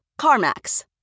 CarMax